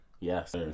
Yes